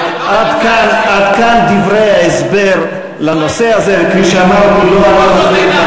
אז עד כאן דברי ההסבר לנושא הזה, לא הסבר.